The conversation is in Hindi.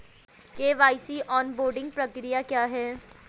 के.वाई.सी ऑनबोर्डिंग प्रक्रिया क्या है?